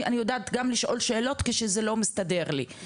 אני יודעת גם לשאול שאלות כשזה לא מסתדר לי,